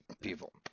people